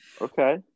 okay